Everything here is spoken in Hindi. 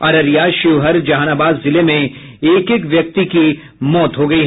अररिया शिवहर जहानाबाद जिले में एक एक व्यक्ति की मौत हो गयी